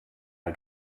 der